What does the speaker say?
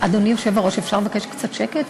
אדוני היושב-ראש, אפשר לבקש קצת שקט?